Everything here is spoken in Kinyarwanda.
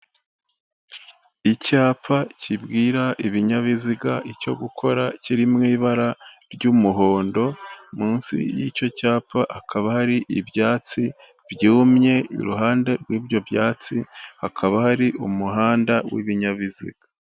Icyapa kibwira ibinyabiziga icyo gukora, kiri mu ibara ry'umuhondo, munsi y'icyo cyapa hakaba hari ibyatsi byumye, iruhande rw'ibyo byatsi hakaba hari umuhanda w'ibinyabiziga.